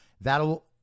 That'll